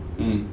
mm